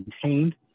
contained